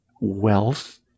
wealth